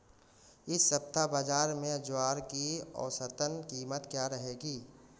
इस सप्ताह बाज़ार में ज्वार की औसतन कीमत क्या रहेगी?